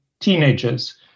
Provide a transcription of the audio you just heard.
teenagers